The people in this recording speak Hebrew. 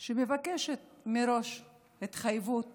שמבקשת מראש התחייבות